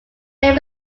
may